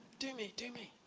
do me do me.